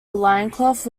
loincloth